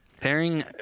Pairing